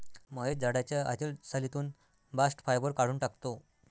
महेश झाडाच्या आतील सालीतून बास्ट फायबर काढून टाकतो